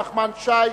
נחמן שי,